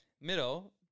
Middle